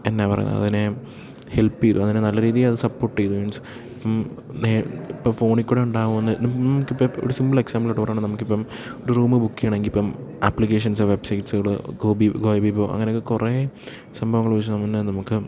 എന്താണ് പറയുന്നത് അതിനെ ഹെൽപ്പ് ചെയ്യുന്നു അതിനെ നല്ല രീതിയില് അത് സപ്പോർട്ട് ചെയ്തു മീൻസ് ഇപ്പം ഇപ്പോള് ഫോണില്ക്കൂടെ ഉണ്ടാകുന്ന നമുക്കിപ്പോള് ഒരു സിമ്പിൾ എക്സാമ്പിളായിട്ട് പറയുകയാണെങ്കില് നമുക്കിപ്പം ഒരു റൂം ബുക്ക് ചെയ്യണമെങ്കില് ഇപ്പം ആപ്ലിക്കേഷൻസ് വെബ്സൈറ്റ്സുകള് ഗോബിബോ അങ്ങനെയൊക്കെ കുറെ സംഭവങ്ങള് ഉപയോഗിച്ച് നമുക്ക്